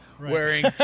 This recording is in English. wearing